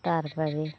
তার পরে